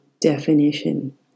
definition